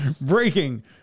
breaking